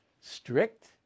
strict